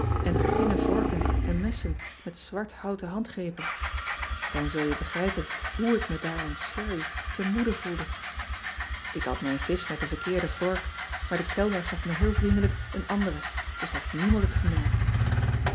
en tinnen vorken en messen met zwart houten handgrepen an zul je begrijpen hoe ik me daar in herry te moede voelde k at mijn visch met de verkeerde work maar de kellner gaf me heel vriendelijk een andere dus heeft niemand het gemerkt